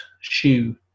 shoe